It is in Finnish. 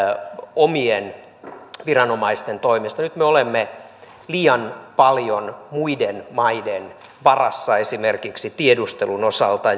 omien viranomaisten toimesta nyt me olemme liian paljon muiden maiden varassa esimerkiksi tiedustelun osalta